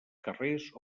carrers